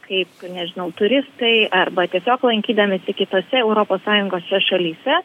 kaip nežinau turistai arba tiesiog lankydamiesi kitose europos sąjungos šalyse